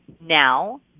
now